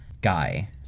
guy